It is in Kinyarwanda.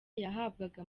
yahabwaga